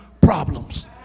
problems